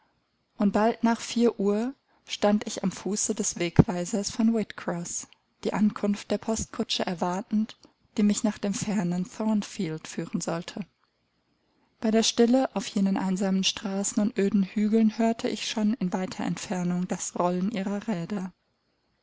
und bald nach vier uhr stand ich am fuße des wegweisers von whitcroß die ankunft der postkutsche erwartend die mich nach dem fernen thornfield führen sollte bei der stille auf jenen einsamen straßen und öden hügeln hörte ich schon in weiter entfernung das rollen ihrer räder